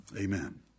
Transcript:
Amen